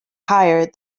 higher